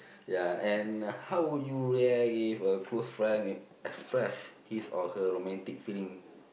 ya and how would you react if a close friend express his or her romantic feeling